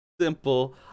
simple